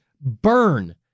burn